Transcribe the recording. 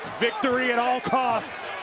victory at all costs.